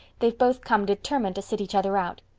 they've both come determined to sit each other out.